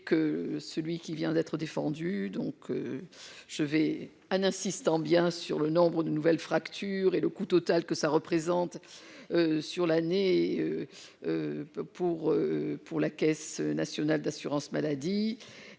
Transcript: que celui qui vient d'être défendu, donc je vais en insistant bien sur le nombre d'une nouvelle fracture et le coût total que ça représente sur l'année pour pour la Caisse nationale d'assurance maladie